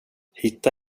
hitta